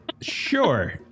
Sure